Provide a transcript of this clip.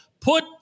Put